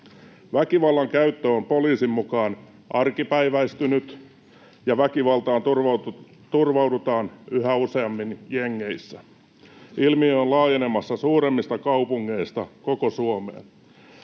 Väkivallan käyttö on poliisin mukaan arkipäiväistynyt, ja väkivaltaan turvaudutaan yhä useammin jengeissä. Ilmiö on laajenemassa suuremmista kaupungeista koko Suomeen.